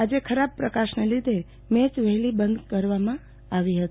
આજે ખરાબ પ્રકાશને લીધે મેય વહેલી બંધ કરવામાં આવી હતી